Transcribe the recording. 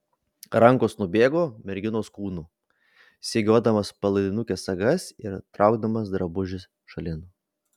rankos nubėgo merginos kūnu segiodamos palaidinukės sagas ir traukdamos drabužį šalin